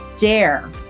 dare